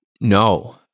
no